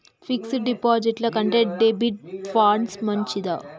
Fix డ్ డిపాజిట్ల కంటే డెబిట్ ఫండ్స్ మంచివా?